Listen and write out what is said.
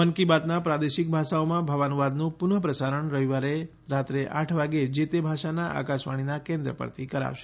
મન કી બાતના પ્રાદેશિક ભાષાઓમાં ભાવાનુવાદનું પુનઃ પ્રસારણ રવિવારે રાત્રે આઠ વાગે જે તે ભાષાના આકાશવાણીના કેન્દ્રો પરથી કરાશે